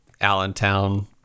Allentown